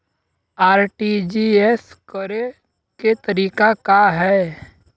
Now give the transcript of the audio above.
RTGS करे के तरीका का हैं?